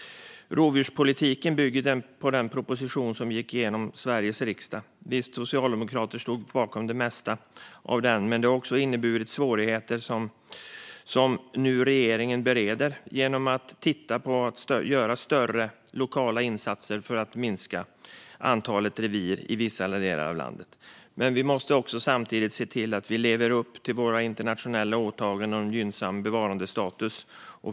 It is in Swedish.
Rovdjurspolitiken bygger på den proposition som gick genom i Sveriges riksdag. Vi socialdemokrater stod bakom det mesta i den, men den har också inneburit svårigheter. Regeringen bereder nu frågan genom att titta på att möjliggöra större lokala insatser för att minska antalet revir i vissa delar av landet. Samtidigt måste vi se till att vi lever upp till våra internationella åtaganden om gynnsam bevarandestatus.